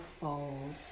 fold